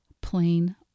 plain